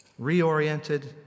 reoriented